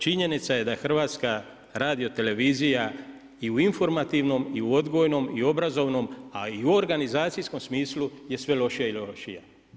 Činjenica je da je Hrvatska radiotelevizija i u informativnom i u odgojnom i obrazovnom, a i u organizacijskom smislu je sve lošija i lošija.